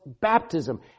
baptism